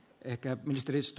arvoisa puhemies